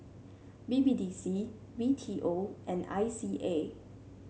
B B D C B T O and I C A